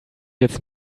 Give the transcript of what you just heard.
jetzt